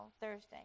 Thursday